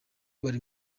bari